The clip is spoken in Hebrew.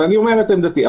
אני אומר את עמדתי.